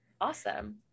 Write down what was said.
Awesome